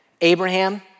Abraham